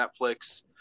Netflix